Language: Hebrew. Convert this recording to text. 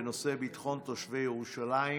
בנושא: ביטחון תושבי ירושלים,